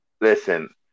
Listen